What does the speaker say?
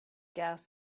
gas